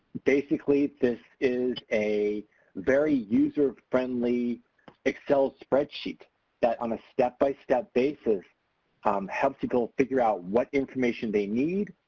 basically, this is a very user-friendly excel spreadsheet that on a step-by-step basis um helps people figure out what information they need,